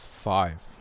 Five